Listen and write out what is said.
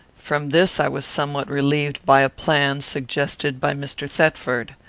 from this i was somewhat relieved by a plan suggested by mr. thetford.